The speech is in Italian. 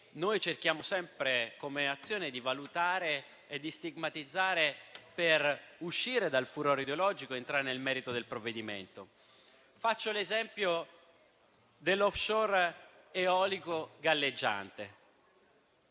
noi cerchiamo sempre, come Azione, di valutare e di stigmatizzare per uscire dal furore ideologico ed entrare nel merito del provvedimento. Faccio l'esempio dell'*offshore* eolico galleggiante.